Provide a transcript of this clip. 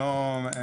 אני לא מכיר,